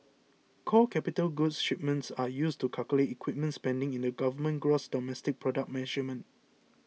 core capital goods shipments are used to calculate equipment spending in the government's gross domestic product measurement